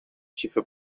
xifra